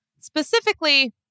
Specifically